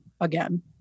again